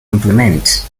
implement